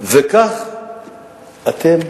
וכך אתם